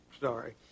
sorry